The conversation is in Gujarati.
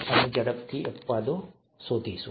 અમે ઝડપથી અપવાદો શોધીશું